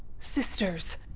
sisters,